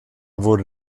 wurde